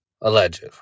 alleged